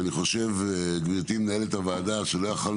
אני חושב,